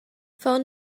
phone